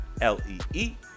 l-e-e